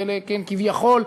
וכביכול,